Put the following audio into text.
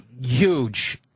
huge